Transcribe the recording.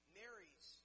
marries